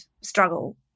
struggle